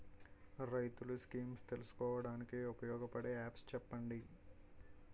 రైతులు స్కీమ్స్ తెలుసుకోవడానికి ఉపయోగపడే యాప్స్ చెప్పండి?